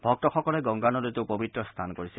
ভক্তসকলে গংগা নদীতো পৱিত্ৰ স্নান কৰিছে